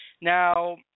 Now